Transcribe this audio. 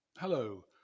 Hello